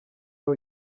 aho